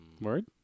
Word